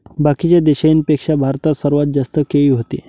बाकीच्या देशाइंपेक्षा भारतात सर्वात जास्त केळी व्हते